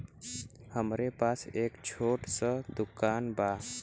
हमरे पास एक छोट स दुकान बा